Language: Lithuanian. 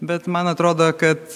bet man atrodo kad